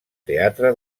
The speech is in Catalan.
teatre